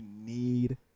need